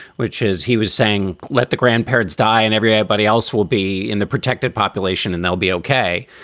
which is he was saying let the grandparents die and everybody else will be in the protected population and they'll be ok.